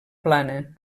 plana